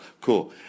Cool